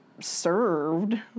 served